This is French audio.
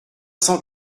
cent